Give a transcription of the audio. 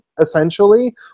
essentially